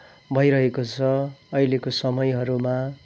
भइरहेको छ अहिलेको समयहरूमा